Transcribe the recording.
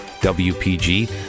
W-P-G